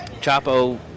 Chapo